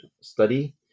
study